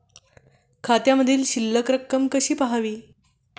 खात्यामधील शिल्लक रक्कम कशी पहावी?